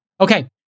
Okay